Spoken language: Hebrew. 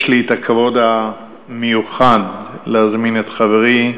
יש לי הכבוד המיוחד להזמין את חברי,